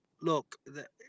look